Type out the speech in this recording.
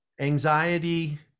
anxiety